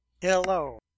Hello